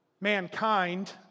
mankind